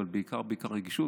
אבל בעיקר בעיקר רגישות,